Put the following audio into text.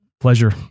pleasure